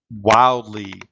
wildly